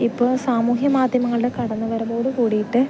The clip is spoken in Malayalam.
ഇപ്പോൾ സാമൂഹ്യ മാധ്യമങ്ങളുടെ കടന്ന് വരവോട് കൂടീട്ട്